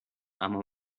اما